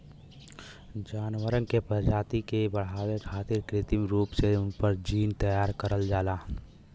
जानवर के प्रजाति के बढ़ावे खारित कृत्रिम रूप से उनकर जीन तैयार करल जाला